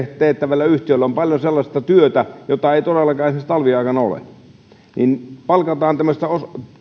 teettävillä yhtiöillä on näin kesäaikana paljon sellaista työtä jota ei todellakaan esimerkiksi talviaikana ole ja palkataan tämmöistä